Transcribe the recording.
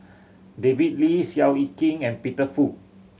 David Lee Seow Yit Kin and Peter Fu